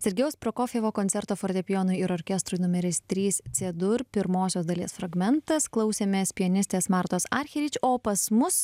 sergejaus prokofjevo koncerto fortepijonui ir orkestrui numeris trys cė dur pirmosios dalies fragmentas klausėmės pianistės martos archerič o pas mus